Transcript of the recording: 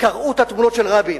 קרעו את התמונות של רבין,